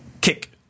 kick